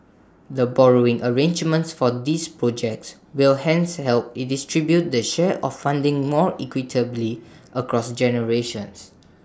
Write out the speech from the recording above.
the borrowing arrangements for these projects will hence help distribute the share of funding more equitably across generations